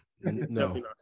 no